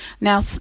Now